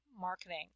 marketing